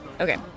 Okay